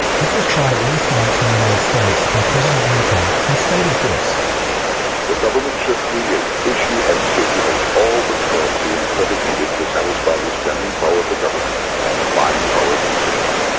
this was tried at least once in the united states by president lincoln. he stated this the government should create, issue and circulate all the currency and credit needed to satisfy the spending power of the government and the buying power of consumers.